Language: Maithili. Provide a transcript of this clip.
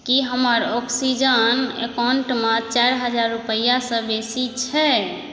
की हमर ऑक्सीजन एकाउण्टमऽ चारि हजार रूपैआसँ बेसी छै